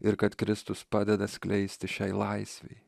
ir kad kristus padeda skleisti šiai laisvei